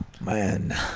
Man